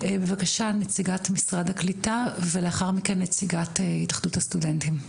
בבקשת נציגת משרד הקליטה ולאחר מכן נציגת התאחדות הסטודנטים,